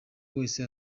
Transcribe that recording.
wese